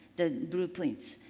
the blueprints.